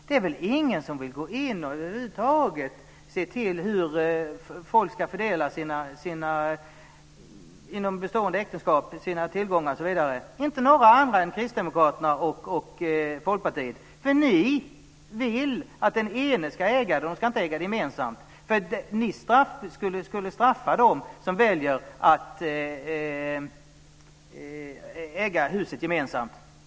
Det är väl ingen som över huvud taget vill gå in och se till hur människor ska fördela sina tillgångar inom bestående äktenskap osv. - inte några andra än Kristdemokraterna och Folkpartiet. Ni vill ju att den ene ska äga - man ska inte äga gemensamt. Ni skulle straffa dem som väljer att äga huset gemensamt.